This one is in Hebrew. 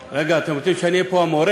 רגע, אתם רוצים שאני אהיה פה המורה?